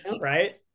right